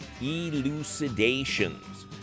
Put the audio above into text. elucidations